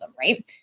right